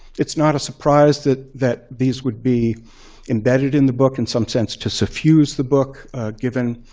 it's not a surprise that that these would be embedded in the book in some sense to suffuse the book given